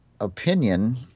opinion